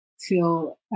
feel